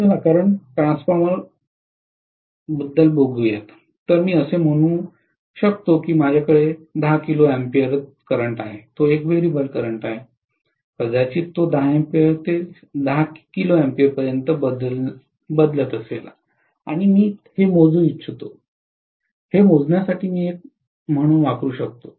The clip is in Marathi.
चला करंट ट्रान्सफॉर्मर बघू या तर मी असे म्हणू या की माझ्याकडे 10 किलो एम्पीयर करंट आहे तो एक व्हेरिएबल करंट आहे कदाचित तो 10 A ते 10 kA पर्यंत बदलला असेल आणि मी हे मोजू इच्छितो हे मोजण्यासाठी मी हे म्हणून वापरु शकतो